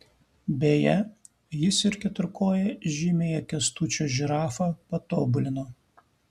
beje jis ir keturkoję žymiąją kęstučio žirafą patobulino